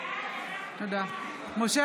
חברי הכנסת) משה